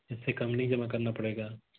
इससे कम नहीं जमा करना पड़ेगा